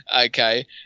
Okay